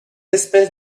espèces